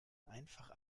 einfach